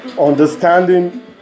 understanding